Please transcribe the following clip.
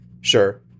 Sure